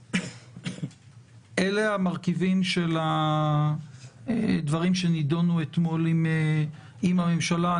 אלה המרכיבים של הדברים שנידונו אתמול עם הממשלה.